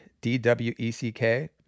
D-W-E-C-K